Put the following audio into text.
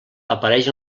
apareix